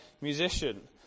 musician